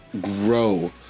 grow